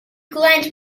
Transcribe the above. glanced